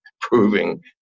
proving